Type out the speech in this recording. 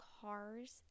cars